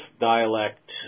dialect